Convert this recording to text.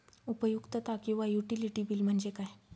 उपयुक्तता किंवा utility bill म्हणजे काय?